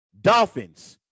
Dolphins